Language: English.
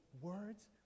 words